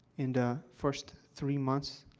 in the first three months.